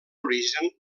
l’origen